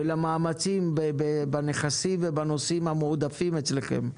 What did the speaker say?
ולמאמצים בנכסים ובנושאים המועדפים אצלכם.